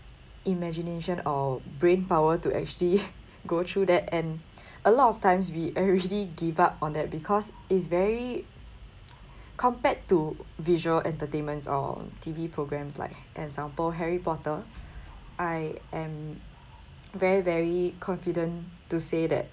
imagination or brain power to actually go through that and a lot of times we already give up on that because it's very compared to visual entertainments or T_V programmes like example harry potter I am very very confident to say that